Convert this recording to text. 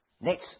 Next